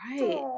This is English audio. right